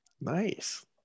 nice